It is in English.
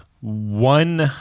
one